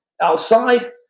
outside